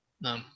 No